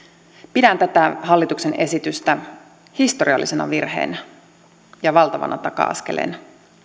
pidän tätä hallituksen esitystä historiallisena virheenä ja valtavana taka askeleena